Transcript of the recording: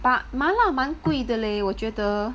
but 麻辣蛮贵的 leh 我觉得